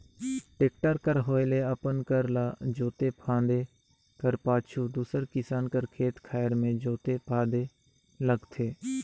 tractor कर होए ले अपन कर ल जोते फादे कर पाछू दूसर किसान कर खेत खाएर मे जोते फादे लगथे